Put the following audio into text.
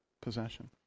possession